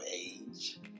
age